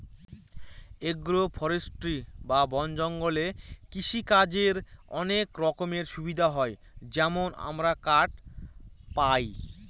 agro forestry বা বন জঙ্গলে কৃষিকাজের অনেক রকমের সুবিধা হয় যেমন আমরা কাঠ পায়